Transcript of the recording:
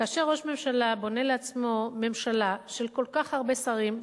כאשר ראש ממשלה בונה לעצמו ממשלה של כל כך הרבה שרים,